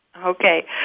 Okay